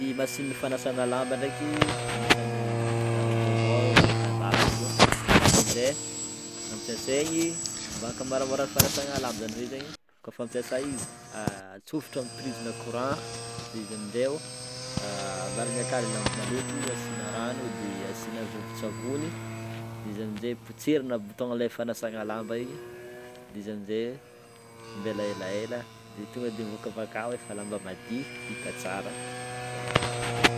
N'y machine fanasana lamba ndreky agnisany zava-baovao avy tandafy izy Io de izy amize ampesegny mba am-pamôramôra fanasana lamba zany hoe zegny ko fa ampiasa izy atsofotro amin'ny prise na courant de izy amize o, avarigna aka lamba maloto asina rano de asina vovotsany de izy amizegny potserina i bouton fanasana lamba igny de izy amizegny ambela elaela de tonga de miboaka avy akao efa lamba madio vita tsara.